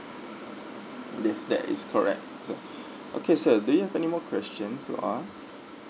this that is correct so okay sir do you have anymore questions to ask